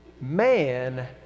man